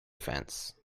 fence